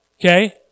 Okay